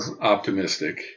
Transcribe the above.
optimistic